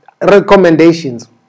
Recommendations